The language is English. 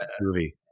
movie